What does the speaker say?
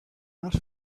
not